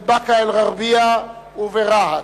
בבאקה-אל-ע'רביה וברהט.